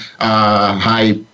high